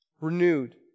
renewed